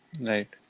Right